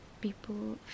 people